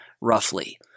roughly